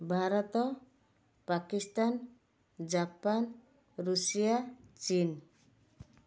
Bharat Pakistan Japan Russia ଚୀନ୍